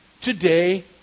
today